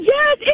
Yes